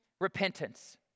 repentance